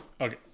Okay